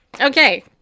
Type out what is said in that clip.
Okay